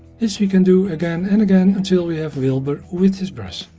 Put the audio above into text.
this we can do again and again until we have wilber with his brush. now